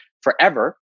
forever